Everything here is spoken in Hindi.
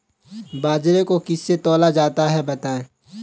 बाजरे को किससे तौला जाता है बताएँ?